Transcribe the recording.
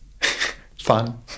fun